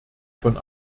von